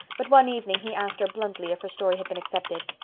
but one evening he asked her bluntly if her story had been accepted.